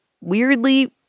weirdly